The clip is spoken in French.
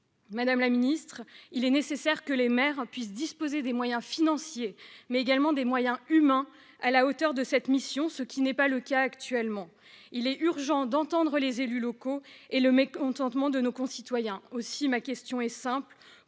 Madame la ministre, il est nécessaire que les maires puissent disposer de moyens financiers et humains à la hauteur de cette mission, ce qui n'est pas le cas actuellement. Il est urgent d'entendre les élus locaux et le mécontentement de nos concitoyens. Aussi, ma question est simple